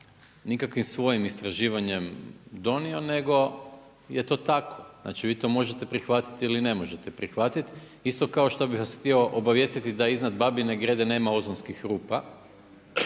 nikakvim svojim istraživanjem donio nego je to tako, znači vi to možete prihvatiti ili ne možete prihvatiti. Isto kao što bih vas htio obavijestiti da iznad Babine Grede nema ozonskih rupa.